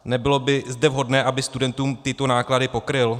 Nebylo by zde vhodné, aby studentům tyto náklady pokryl?